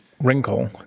wrinkle